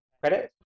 credits